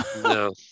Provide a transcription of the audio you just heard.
No